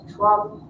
Trump